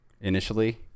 initially